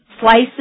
Slices